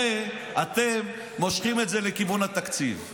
הרי אתם מושכים את זה לכיוון התקציב.